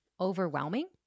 overwhelming